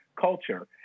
culture